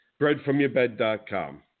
Breadfromyourbed.com